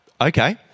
okay